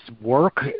work